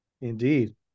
indeed